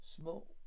small